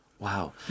Wow